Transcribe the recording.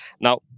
Now